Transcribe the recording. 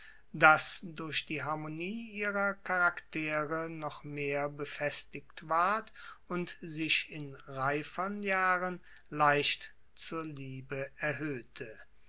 das durch die harmonie ihrer charaktere noch mehr befestigt ward und sich in reifern jahren leicht zur liebe erhöhte